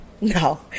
No